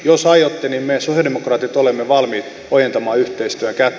jos aiotte niin me sosialidemokraatit olemme valmiit ojentamaan yhteistyön kättä